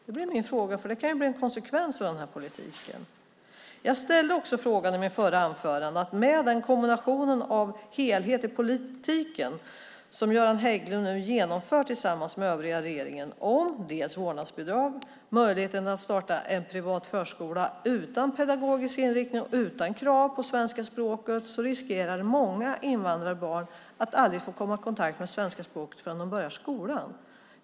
Det kan ju bli en konsekvens av den här politiken. I mitt förra anförande ställde jag en annan fråga. Med helheten av den politik som Göran Hägglund och den övriga regeringen nu genomför med vårdnadsbidrag och med möjlighet att starta en privat förskola utan pedagogisk inriktning och krav på svenska språket riskerar många invandrarbarn att inte komma i kontakt med svenska språket förrän de börjar skolan.